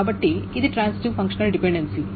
కాబట్టి ఇది transitive functional dependency